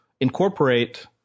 incorporate